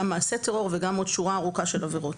מעשה טרור וגם עוד שורה ארוכה של עבירות.